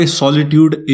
solitude